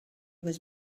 was